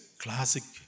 classic